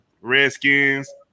Redskins